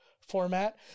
format